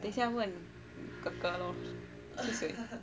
等一下问哥哥 lor see what he say